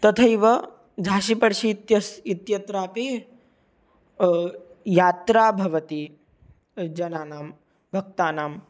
तथैव झाषिपर्षि इत्यस् इत्यत्रापि यात्रा भवति जनानां भक्तानां